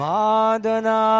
Madana